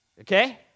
okay